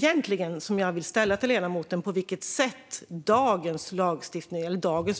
Frågan jag vill ställa till ledamoten är på vilket sätt dagens